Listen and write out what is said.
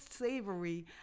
savory